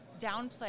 downplay